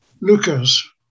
Lucas